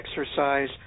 exercise